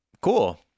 cool